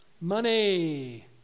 Money